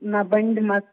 na bandymas